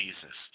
Jesus